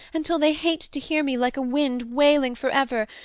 until they hate to hear me like a wind wailing for ever,